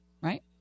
Right